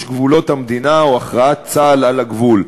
גבולות המדינה או הכרעת צה"ל על הגבול.